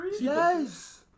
Yes